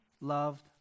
loved